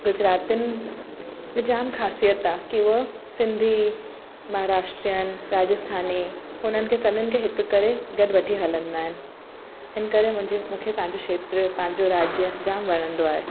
गुजरातीनि में जाम ख़ासियतु आहे की हूअ सिंधी महाराष्ट्रियनि राजस्थानी हुननि खे सभिनीनि खे हिक करे गॾु वठी हलंदा आहिनि हिन करे मुंहिंजे मूंखे पंहिंजो खेत्र पंहिंजो राज्य जाम वणंदो आहे